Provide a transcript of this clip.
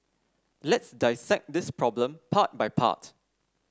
let's dissect this problem part by part